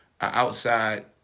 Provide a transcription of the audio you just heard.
outside